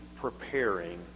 preparing